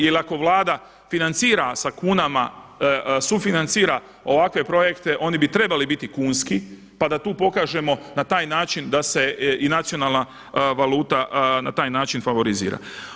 Jer ako Vlada financira sa kunama, sufinancira ovakve projekte oni bi trebali biti kunski, pa da tu pokažemo na taj način da se i nacionalna valuta na taj način favorizira.